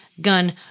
gun